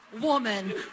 woman